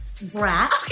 brat